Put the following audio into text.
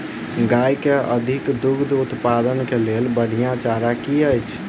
गाय केँ अधिक दुग्ध उत्पादन केँ लेल बढ़िया चारा की अछि?